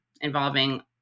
involving